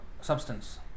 substance